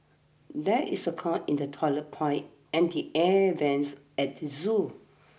there is a clog in the toilet pipe and the air vents at the zoo